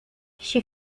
she